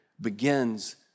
begins